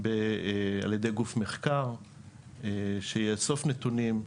על ידי גוף מחקר שיאסוף נתונים.